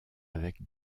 avec